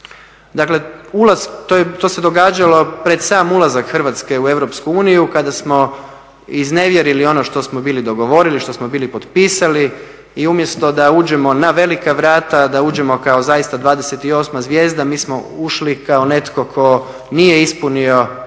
ulazak, to se događalo pred sam ulazak Hrvatske u EU kada smo iznevjerili ono što smo bili dogovorili, što smo bili potpisali i umjesto da uđemo na velika vrata, da uđemo kao zaista 28. zvijezda, mi smo ušli kao netko tko nije ispunio